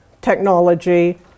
technology